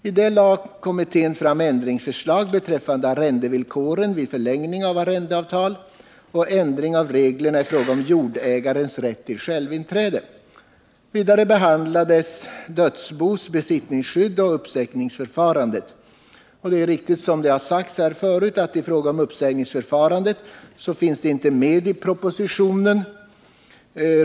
I detta lade kommittén fram ändringsförslag beträffande arrendevillkoren vid förlängning av arrendeavtal och ändring av reglerna i fråga om jordägarens rätt till självinträde. Vidare behandlades dödsbos besittningsskydd och uppsägningsförfarandet. Det är riktigt att frågan om uppsägningsförfarandet inte finns med i propositionen.